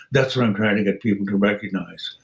that's what i'm trying to get people to recognize.